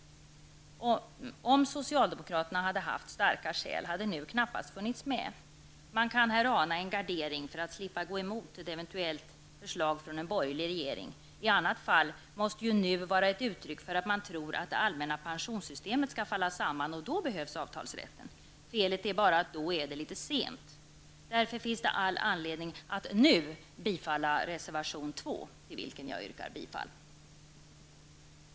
Om socialdemokraterna hade haft starka skäl hade ordet nu knappast funnits med. Man kan här ana en gardering för att slippa gå emot ett eventuellt förslag från en borgerlig regering. I annat fall måste nu vara ett uttryck för att man tror att det allmänna pensionssystemet skall falla samman, och då behövs avtalsrätten. Felet är bara att då är det litet sent. Därför finns all anledning att nu bifalla reservation 2, till vilken jag yrkar bifall.